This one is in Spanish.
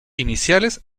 iniciales